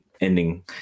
ending